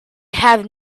have